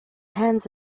hands